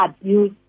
abuse